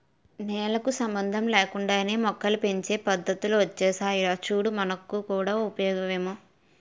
నేలకు సంబంధం లేకుండానే మొక్కల్ని పెంచే పద్దతులు ఒచ్చేసాయిరా చూడు మనకు కూడా ఉపయోగమే